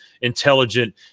intelligent –